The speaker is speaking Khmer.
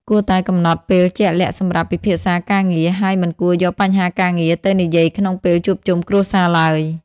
គួរតែកំណត់ពេលជាក់លាក់សម្រាប់ពិភាក្សាការងារ ហើយមិនគួរយកបញ្ហាការងារទៅនិយាយក្នុងពេលជួបជុំគ្រួសារឡើយ។